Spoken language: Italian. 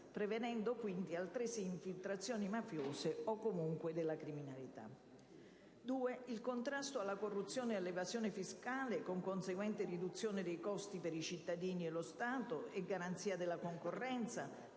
prevenendo quindi altresì infiltrazioni mafiose o comunque della criminalità; la seconda, relativa al contrasto alla corruzione e all'evasione fiscale, con conseguente riduzione dei costi per i cittadini e lo Stato e garanzia della concorrenza,